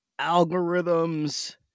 algorithms